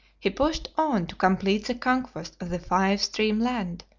he pushed on to complete the conquest of the five stream land,